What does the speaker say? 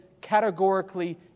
categorically